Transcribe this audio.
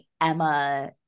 Emma